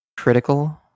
Critical